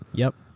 yup.